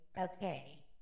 okay